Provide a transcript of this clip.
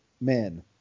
men